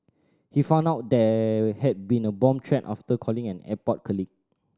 he found out there had been a bomb threat after calling an airport colleague